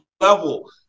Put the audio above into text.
level